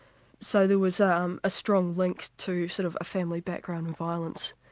so there was ah um a strong link to sort of a family background of violence.